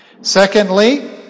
Secondly